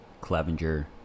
clevenger